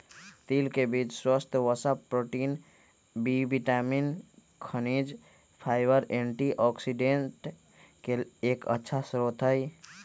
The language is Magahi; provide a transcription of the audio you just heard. तिल के बीज स्वस्थ वसा, प्रोटीन, बी विटामिन, खनिज, फाइबर, एंटीऑक्सिडेंट के एक अच्छा स्रोत हई